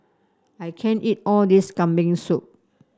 I can't eat all this Kambing Soup